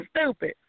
stupid